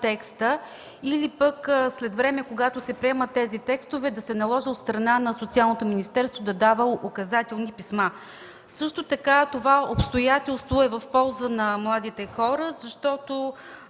е в полза на младите хора, защото